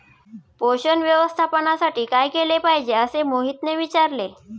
पोषण व्यवस्थापनासाठी काय केले पाहिजे असे मोहितने विचारले?